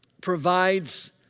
provides